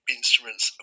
Instruments